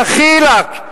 דחילק,